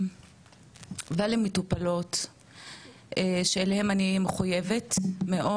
ולמטופלות שאליהם אני מחויבת מאוד,